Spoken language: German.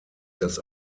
das